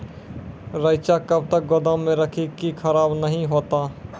रईचा कब तक गोदाम मे रखी है की खराब नहीं होता?